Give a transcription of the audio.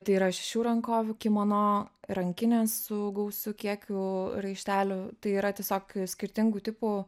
tai yra šešių rankovių kimono rankinė su gausiu kiekiu raištelių tai yra tiesiog skirtingų tipų